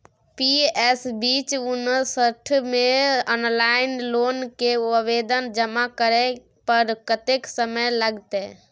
PS बीच उनसठ म ऑनलाइन लोन के आवेदन जमा करै पर कत्ते समय लगतै?